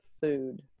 food